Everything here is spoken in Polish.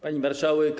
Pani Marszałek!